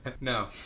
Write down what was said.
no